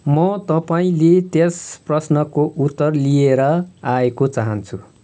म तपाईँले त्यस प्रश्नको उत्तर लिएर आएको चाहन्छु